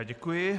Děkuji.